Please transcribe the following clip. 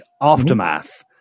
Aftermath